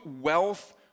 wealth